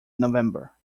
november